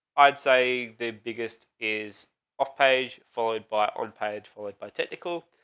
i'd say the biggest is off page, followed by on page followed by technical.